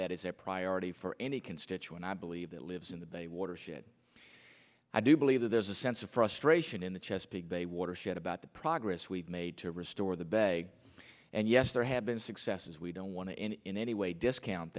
that is a priority for any constituent i believe that lives in the bay watershed i do believe that there's a sense of frustration in the chesapeake bay watershed about the progress we've made to restore the bay and yes there have been successes we don't want to end it in any way discount